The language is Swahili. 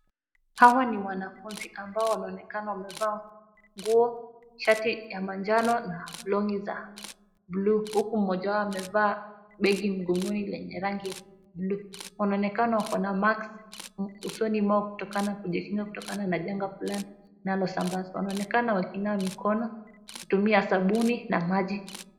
Hawa ni wanafunzi ambao wanaonekana wamevaa nguo, shati ya manjano na long'i za blue huku mmoja wao amevaa begi mgongoni lenye rangi ya blue .Wanaonekana wakona masks usoni mwao kutokana kujikinga kutokana na janga fulani linalosambazwa. Wanaonekana wakinawa mikono kutumia sabuni na maji.